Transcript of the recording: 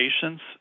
patients